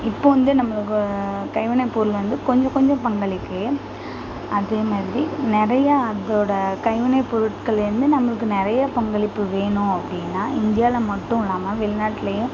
இப்போ வந்து நம்மளுக்கு கைவினை பொருள் வந்து கொஞ்சம் கொஞ்சம் பங்களிக்க அதேமாதிரி நிறைய அதோட கைவினை பொருட்கள்லேருந்து நம்மளுக்கு நிறைய பங்களிப்பு வேணும் அப்படின்னா இந்தியாவில் மட்டும் இல்லாமல் வெளிநாட்டுலையும்